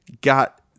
got